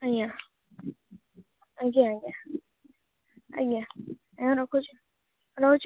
ଆଜ୍ଞା ଆଜ୍ଞା ଆଜ୍ଞା ଆଜ୍ଞା ରଖୁଛି ରହୁଛି